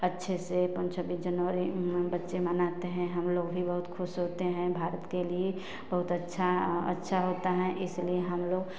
अच्छे से छब्बीस जनवरी बच्चे मनाते हैं हमलोग भी बहुत खुश होते हैं भारत के लिए बहुत अच्छा अच्छा होता है इसलिए हमलोग